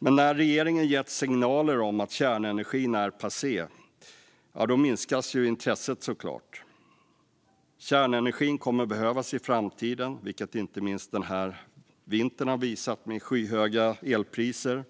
Men när regeringen har gett signaler om att kärnenergin är passé minskar såklart intresset. Kärnenergin kommer att behövas i framtiden, vilket inte minst denna vinter har visat, med skyhöga elpriser.